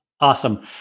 Awesome